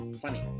funny